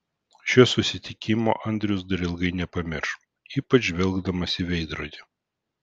šio susitikimo andrius dar ilgai nepamirš ypač žvelgdamas į veidrodį